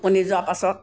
টোপনি যোৱা পাছত